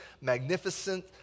magnificent